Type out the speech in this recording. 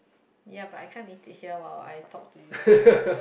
ya but I can't eat it here while I talk to you so